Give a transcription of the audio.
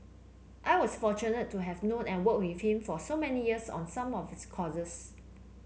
I was fortunate to have known and worked with him for so many years on some of his causes